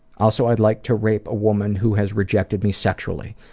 also, i'd like to rape a woman who has rejected me sexually.